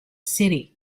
city